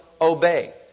Obey